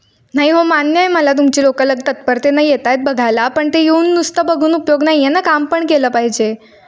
नाही हो मान्य आहे मला तुमची लोक लगेच तत्परतेनं येत आहेत बघायला पण ते येऊन नुसतं बघून उपयोग नाही आहे ना काम पण केलं पाहिजे